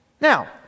Now